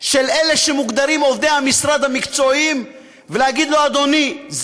של אלה שמוגדרים עובדי המשרד המקצועיים ולהגיד: אדוני,